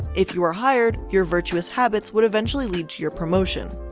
if you are hired, your virtuous habits would eventually lead to your promotion.